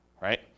Right